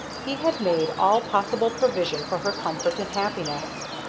he had made all possible provision for her comfort and happiness.